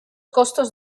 costos